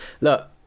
look